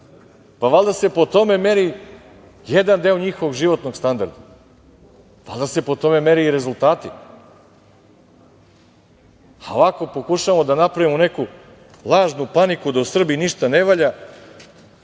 Valjda se po tome meri jedan deo njihovog životnog standarda. Valjda se po tome mere i rezultati. Ovako pokušavamo da napravimo neku lažnu paniku da u Srbiji ništa ne valja,